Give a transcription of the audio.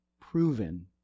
proven